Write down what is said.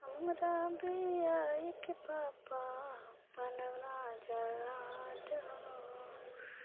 हमरा बिआहिके पापा बनऽ ना जल्लाद हो